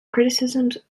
criticisms